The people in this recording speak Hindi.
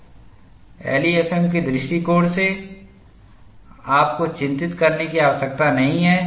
एलईएफएम के दृष्टिकोण से आपको चिंता करने की आवश्यकता नहीं है